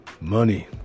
money